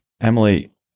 Emily